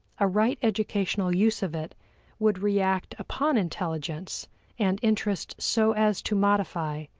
a right educational use of it would react upon intelligence and interest so as to modify,